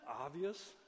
obvious